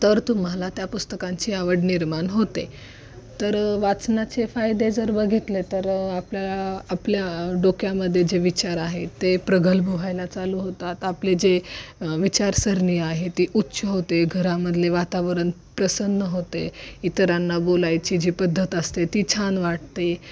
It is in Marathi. तर तुम्हाला त्या पुस्तकांची आवड निर्माण होते तर वाचनाचे फायदे जर बघितले तर आपल्या आपल्या डोक्यामध्ये जे विचार आहेत ते प्रगल्भ व्हायला चालू होतात आपले जे विचारसरणी आहे ती उच्च होते घरामधले वातावरण प्रसन्न होते इतरांना बोलायची जी पद्धत असते ती छान वाटते